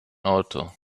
auto